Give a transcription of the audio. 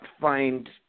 find